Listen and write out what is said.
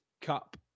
Cup